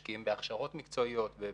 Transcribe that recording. משקיעים בהכשרות מקצועיות ובטיחות,